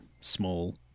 small